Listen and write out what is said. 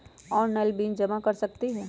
Online bill जमा कर सकती ह?